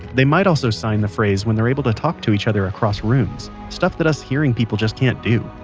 they might also sign the phrase when they're able to talk to each other across rooms. stuff that us hearing people just can't do.